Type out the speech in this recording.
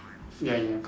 ya ya